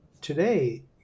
today